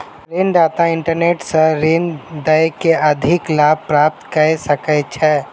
ऋण दाता इंटरनेट सॅ ऋण दय के अधिक लाभ प्राप्त कय सकै छै